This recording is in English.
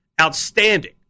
outstanding